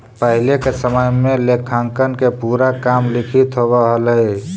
पहिले के समय में लेखांकन के पूरा काम लिखित होवऽ हलइ